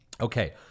okay